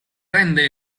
prende